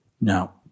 Now